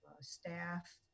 staff